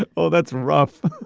ah oh, that's rough